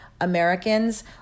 Americans